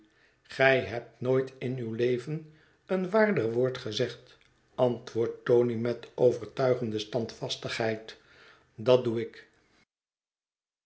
gij hebt nooit in uw leven een waarder woord gezegd antwoordt tony met overtuigende standvastigheid dat doe ik